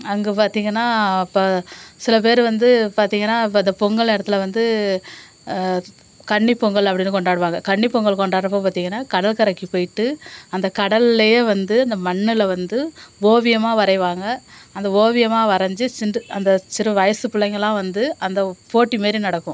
அங்கே பார்த்தீங்கன்னா ப சில பேர் வந்து பார்த்தீங்கன்னா ப த பொங்கல் நேரத்தில் வந்து கன்னிப்பொங்கல் அப்படின்னு கொண்டாடுவாங்க கன்னிப்பொங்கல் கொண்டாடுறப்ப பார்த்தீங்கன்னா கடல் கரைக்கு போயிட்டு அந்த கடல்லேயே வந்து அந்த மண்ணில் வந்து ஓவியமாக வரைவாங்க அந்த ஓவியமாக வரஞ்சு சின்டு அந்த சிறு வயது பிள்ளைங்களாம் வந்து அந்த போட்டி மாரி நடக்கும்